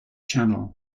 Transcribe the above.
channel